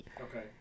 Okay